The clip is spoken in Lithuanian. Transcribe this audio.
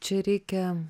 čia reikia